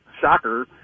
shocker